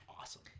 awesome